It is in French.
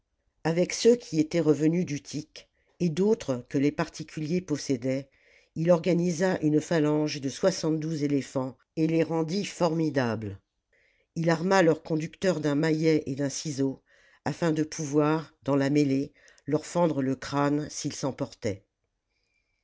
avec ceux qui étaient revenus d'utique et d'autres que les particuliers possédaient il organisa une phalange de soixante-douze éléphants et les rendit formidables il arma leurs conducteurs d'un maillet et d'un ciseau afin de pouvoir dans la mêlée leur fendre le crâne s'ils s'emportaient